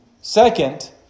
Second